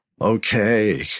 Okay